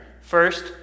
First